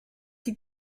sie